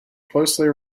closely